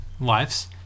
lives